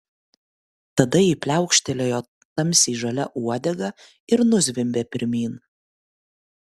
tada ji pliaukštelėjo tamsiai žalia uodega ir nuzvimbė pirmyn